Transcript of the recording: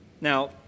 Now